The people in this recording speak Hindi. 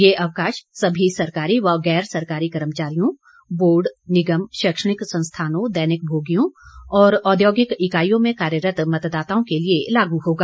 यह अवकाश सभी सरकारी व गैर सरकारी कर्मचारियों बोर्ड निगम शैक्षणिक संस्थानों दैनिक भोगियों और औद्योगिक इकाईयों में कार्यरत मतदाताओं के लिए लागू होगा